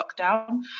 lockdown